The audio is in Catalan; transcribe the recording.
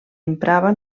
emprava